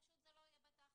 פשוט זה לא יהיה האח הגדול.